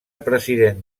president